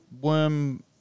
worm